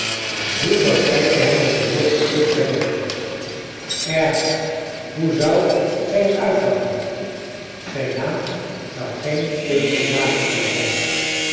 hoe zou sijtje hem den beloofden kus weigeren erger hoe zou zij hem uitlachen zijn naam zou geen teun de jager meer zijn